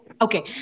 Okay